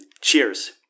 Cheers